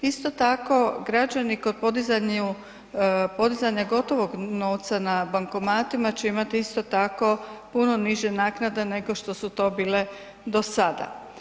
Isto tako, građani kod podizanja gotovog novca na bankomatima će imati isto tako puno niže naknade nego što su to bile do sada.